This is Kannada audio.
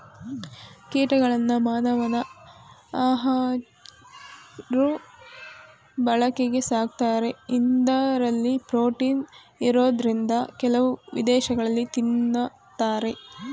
ಕೀಟಗಳನ್ನ ಮಾನವನ ಆಹಾಋ ಬಳಕೆಗೆ ಸಾಕ್ತಾರೆ ಇಂದರಲ್ಲಿ ಪ್ರೋಟೀನ್ ಇರೋದ್ರಿಂದ ಕೆಲವು ವಿದೇಶಗಳಲ್ಲಿ ತಿನ್ನತಾರೆ